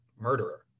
murderer